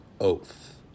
oath